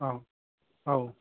औ औ